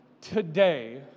today